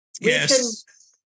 Yes